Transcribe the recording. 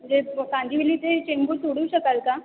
म्हणजे कांदिवली ते चेंबूर सोडू शकाल का